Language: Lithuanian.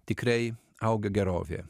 tikrai auga gerovė